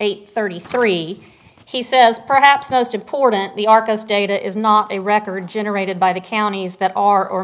eight thirty three he says perhaps most important the arcus data is not a record generated by the counties that are or